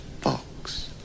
box